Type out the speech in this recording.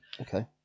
Okay